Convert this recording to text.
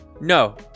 No